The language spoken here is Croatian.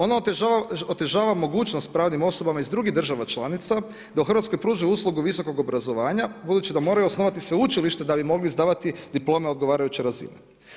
Ono otežava mogućnost pravnim osobama iz drugih država članica da u Hrvatskoj pruže uslugu visokog obrazovanja, budući da moraju osnovati sveučilište da bi mogli izdavati diplome odgovarajuće razine.